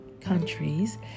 countries